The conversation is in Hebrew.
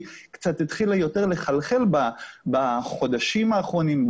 התחילה קצת יותר לחלחל בחודשים האחרונים,